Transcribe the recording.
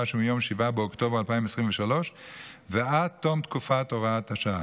שמיום 7 באוקטובר 2023 ועד תום תקופת הוראת השעה.